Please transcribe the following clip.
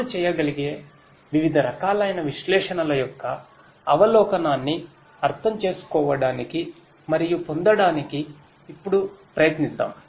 అమలు చేయగలిగే వివిధ రకాలైన విశ్లేషణల యొక్క అవలోకనాన్ని అర్థం చేసుకోవడానికి మరియు పొందడానికి ఇప్పుడు ప్రయత్నిద్దాం